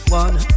one